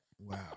Wow